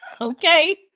Okay